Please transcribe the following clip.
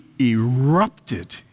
erupted